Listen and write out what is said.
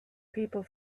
people